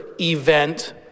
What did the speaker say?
event